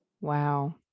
Wow